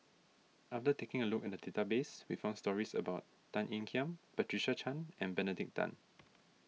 after taking a look at the database we found stories about Tan Ean Kiam Patricia Chan and Benedict Tan